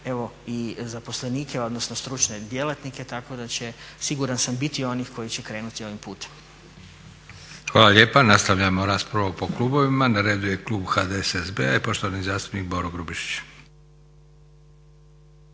Evo i zaposlenike, odnosno stručne djelatnike, tako da će siguran sam biti onih koji će krenuti ovim putem. **Leko, Josip (SDP)** Hvala lijepa. Nastavljamo raspravu po klubovima. Na redu je klub HDSSB-a i poštovani zastupnik Boro Grubišić.